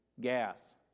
gas